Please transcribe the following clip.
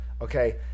okay